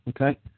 Okay